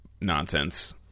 nonsense